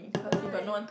why